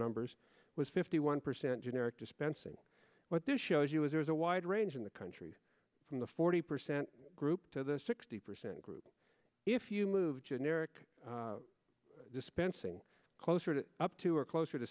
numbers was fifty one percent generic dispensing what this shows you is there is a wide range in the country from the forty percent group to the sixty percent group if you move generic dispensing closer to up to or closer to